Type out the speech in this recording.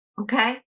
Okay